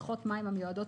בריכות מים המיועדות